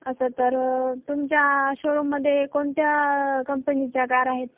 असं तर तुमच्या शोरूममध्ये कोणत्या कंपनीच्या कार आहेत